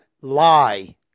lie